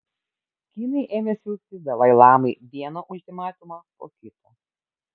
kinai ėmė siųsti dalai lamai vieną ultimatumą po kito